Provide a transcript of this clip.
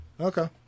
Okay